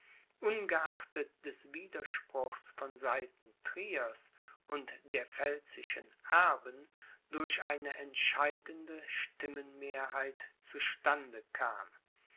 ungeachtet des widerspruchs von seiten triers und der pfälzischen erben durch eine entscheidende stimmenmehrheit zu stande kam